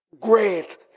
great